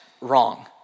wrong